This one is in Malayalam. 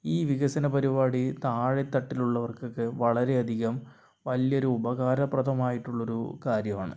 ഈ വികസന പരിപാടി താഴെത്തട്ടിൽ ഉള്ളവർക്കൊക്കെ വളരെയധികം വലിയൊരു ഉപകാരപ്രദമായിട്ടുള്ള ഒരു കാര്യമാണ്